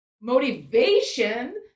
motivation